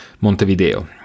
Montevideo